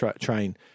train